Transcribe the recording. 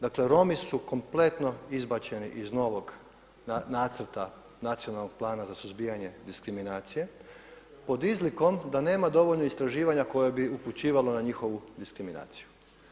Dakle Romi su kompletno izbačeni iz novog Nacrta nacionalnog plana za suzbijanje diskriminacije pod izlikom da nema dovoljno istraživanja koje bi upućivalo na njihovu diskriminaciju.